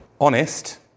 honest